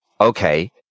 okay